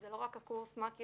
זה לא רק הקורס מכ"ים,